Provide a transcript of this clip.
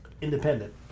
Independent